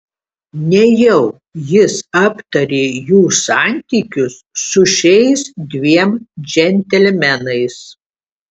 nejau jis aptarė jų santykius su šiais dviem džentelmenais